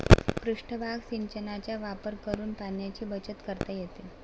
पृष्ठभाग सिंचनाचा वापर करून पाण्याची बचत करता येते